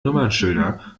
nummernschilder